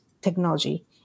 technology